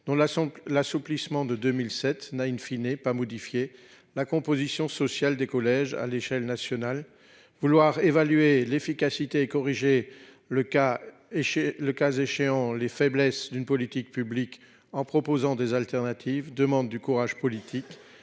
Somme, l'assouplissement de 2007 n'a in fine est pas modifier la composition sociale des collèges à l'échelle nationale vouloir évaluer l'efficacité et corriger le cas et chez le cas échéant les faiblesses d'une politique publique en proposant des alternatives demande du courage politique.